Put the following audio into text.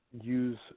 use